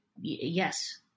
yes